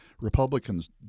Republicans